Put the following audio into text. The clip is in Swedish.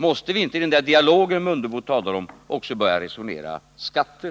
Måste vi inte i den där dialogen som herr Mundebo talar om också börja resonera om skatter?